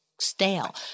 Stale